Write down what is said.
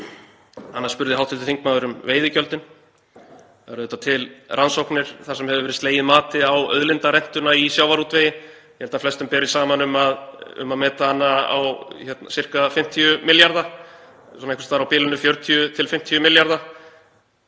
Annars spurði hv. þingmaður um veiðigjöldin. Það eru til rannsóknir þar sem hefur verið slegið mati á auðlindarentuna í sjávarútvegi. Ég held að flestum beri saman um að meta hana á sirka 50 milljarða; einhvers staðar á bilinu 40–50 milljarða.